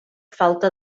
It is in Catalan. falta